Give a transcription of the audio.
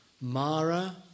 Mara